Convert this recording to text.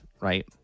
Right